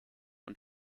und